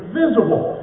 visible